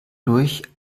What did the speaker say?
durch